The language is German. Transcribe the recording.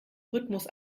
rhythmus